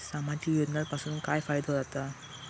सामाजिक योजनांपासून काय फायदो जाता?